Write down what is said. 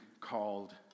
called